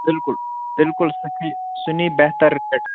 بِلکُل بِکُل سُہ نی سُہ نی بہتر